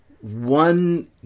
one